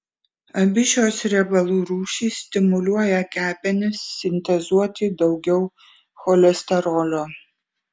abi šios riebalų rūšys stimuliuoja kepenis sintezuoti daugiau cholesterolio